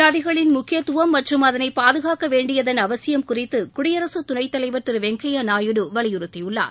நதிகளின் முக்கியத்துவம் மற்றும் அதனை பாதுகாக்கவேண்டியதன் அவசியம் குறித்து குடியரசு துணைத்தலைவர் திரு வெங்கையா நாயுடு வலியுறுத்தியுள்ளார்